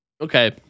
Okay